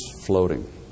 floating